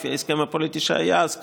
לפי ההסכם הפוליטי שהיה אז,